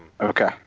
Okay